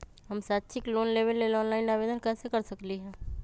हम शैक्षिक लोन लेबे लेल ऑनलाइन आवेदन कैसे कर सकली ह?